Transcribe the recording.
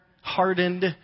hardened